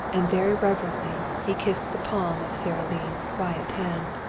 and very reverently he kissed the palm of sara lee's quiet hand.